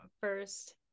first